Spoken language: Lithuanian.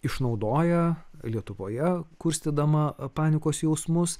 išnaudoja lietuvoje kurstydama panikos jausmus